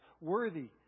worthy